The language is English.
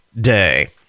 day